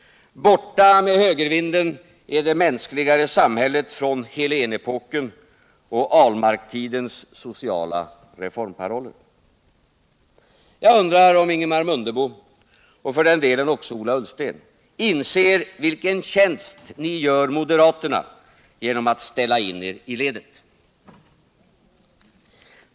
Borta med högervinden är det mänskligare samhället från Helénepoken och Ahlmarktidens sociala reformparoller. Jag undrar om Ingemar Mundebo, och för den delen också Ola Ullsten, inser vilken tjänst ni gör moderaterna genom att ställa in er i ledet.